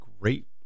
great